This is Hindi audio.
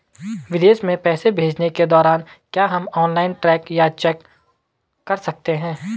विदेश में पैसे भेजने के दौरान क्या हम ऑनलाइन ट्रैक या चेक कर सकते हैं?